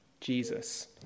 Jesus